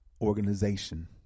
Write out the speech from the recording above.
organization